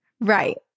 Right